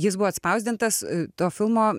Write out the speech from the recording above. jis buvo atspausdintas to filmo